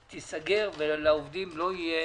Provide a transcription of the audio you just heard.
בקריית שמונה תיסגר ולעובדים לא תהיה